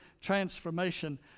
transformation